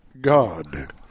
God